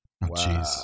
Wow